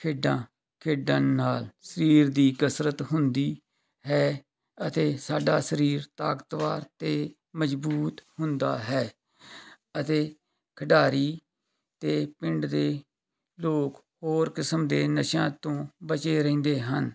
ਖੇਡਾਂ ਖੇਡਣ ਨਾਲ ਸਰੀਰ ਦੀ ਕਸਰਤ ਹੁੰਦੀ ਹੈ ਅਤੇ ਸਾਡਾ ਸਰੀਰ ਤਾਕਤਵਰ ਅਤੇ ਮਜਬੂਤ ਹੁੰਦਾ ਹੈ ਅਤੇ ਖਿਡਾਰੀ ਅਤੇ ਪਿੰਡ ਦੇ ਲੋਕ ਹੋਰ ਕਿਸਮ ਦੇ ਨਸ਼ਿਆਂ ਤੋਂ ਬਚੇ ਰਹਿੰਦੇ ਹਨ